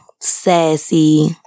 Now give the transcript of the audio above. sassy